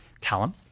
Callum